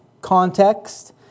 Context